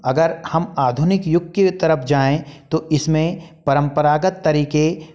अगर हम आधुनिक युग की तरफ जाएं तो इसमें परंपरागत तरीके